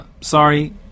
sorry